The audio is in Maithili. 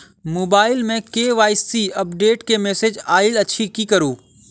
मोबाइल मे के.वाई.सी अपडेट केँ मैसेज आइल अछि की करू?